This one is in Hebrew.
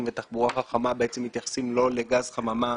ותחבורה חכמה בעצם מתייחסים לא לגז חממה